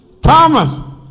Thomas